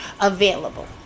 available